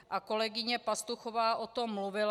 A kolegyně Pastuchová o tom mluvila.